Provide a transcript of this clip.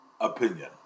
opinion